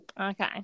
okay